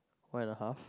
one and a half